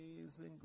Amazing